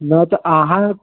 न तऽ अहाँ